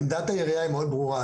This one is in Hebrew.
עמדת העיריה ברורה מאוד.